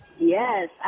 Yes